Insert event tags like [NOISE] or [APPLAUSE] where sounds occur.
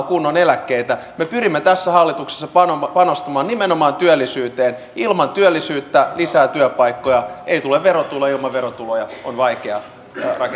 [UNINTELLIGIBLE] kunnon eläkkeitä me pyrimme tässä hallituksessa panostamaan panostamaan nimenomaan työllisyyteen ilman työllisyyttä lisää työpaikkoja ei tule verotuloja ilman verotuloja on vaikea